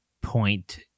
point